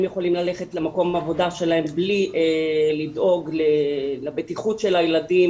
יכולים ללכת למקום העבודה שלהם בלי לדאוג לבטיחות של הילדים.